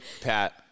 Pat